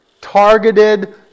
targeted